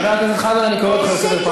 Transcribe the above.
חבר הכנסת חזן, אני קורא אותך לסדר פעם ראשונה.